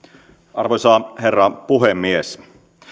arvoisa herra puhemies